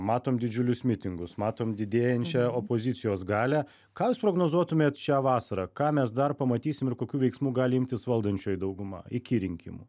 matom didžiulius mitingus matom didėjančią opozicijos galią ką jūs prognozuotumėt šią vasarą ką mes dar pamatysim ir kokių veiksmų gali imtis valdančioji dauguma iki rinkimų